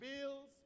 bills